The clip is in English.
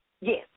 Yes